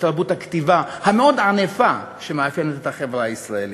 בתרבות הכתיבה המאוד-ענפה שמאפיינת את החברה הישראלית.